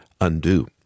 Undo